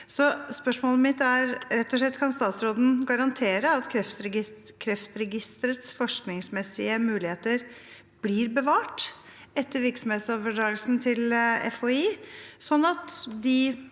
og slett: Kan statsråden garantere at Kreftregisterets forskningsmessige muligheter blir bevart etter virksomhetsoverdragelsen til FHI, sånn at de